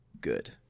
good